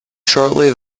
shortly